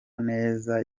neza